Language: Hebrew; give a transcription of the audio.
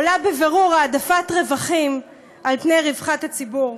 עולה בבירור העדפת רווחים על פני רווחת הציבור.